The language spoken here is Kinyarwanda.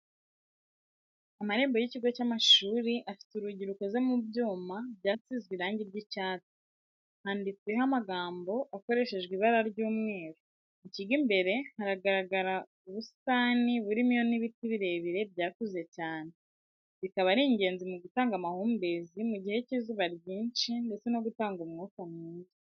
Amarembo y'ikigo cy'amashuri afite urugi rukoze mu byuma byasizwe irangi ry'icyatsi, handitseho amagambo akoreshejwe ibara ry'umweru, mu kigo imbere hagaragara ubusitani burimo n'ibiti birebire byakuze cyane, bikaba ari ingenzi mu gutanga amahumbezi mu gihe cy'izuba ryinshi ndetse no gutanga umwuka mwiza.